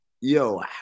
yo